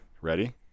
Ready